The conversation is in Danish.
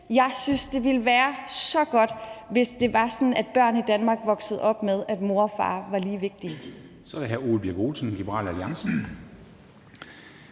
Jeg synes, det ville være så godt, hvis det var sådan, at børn i Danmark voksede op med, at mor og far var lige vigtige.